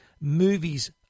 movies